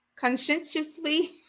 conscientiously